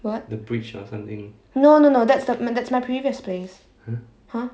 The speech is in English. what no no no that's the that's my previous place !huh!